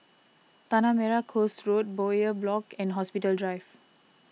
Tanah Merah Coast Road Bowyer Block and Hospital Drive